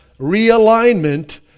realignment